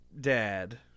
dad